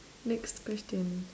next question